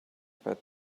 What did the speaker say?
pit